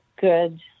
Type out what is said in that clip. good